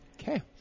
okay